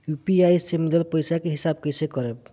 UPI से मिलल पईसा के हिसाब कइसे करब?